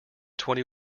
twenty